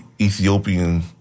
Ethiopian